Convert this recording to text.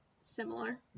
similar